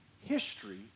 history